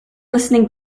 listening